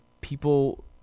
People